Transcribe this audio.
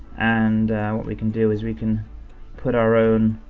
and what we can do is we can put our own,